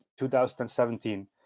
2017